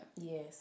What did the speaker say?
Yes